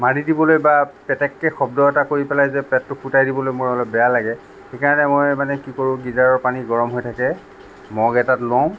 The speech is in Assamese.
মাৰি দিবলৈ বা পেটেককে শব্দ এটা কৰি পেলাই যে পেটটো ফুটাই দিবলৈ মোৰ অলপ বেয়া লাগে সেইকাৰণে মই মানে কি কৰো গিজাৰৰ পানী গৰম হৈ থাকে মগ এটাত লওঁ